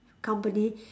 company